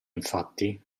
infatti